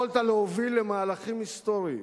יכולת להוביל למהלכים היסטוריים,